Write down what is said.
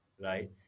right